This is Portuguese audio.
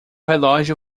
relógio